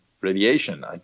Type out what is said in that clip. radiation